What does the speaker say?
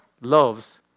loves